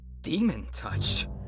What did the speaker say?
Demon-touched